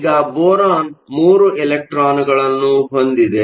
ಈಗ ಬೋರಾನ್ 3 ಎಲೆಕ್ಟ್ರಾನ್ಗಳನ್ನು ಹೊಂದಿದೆ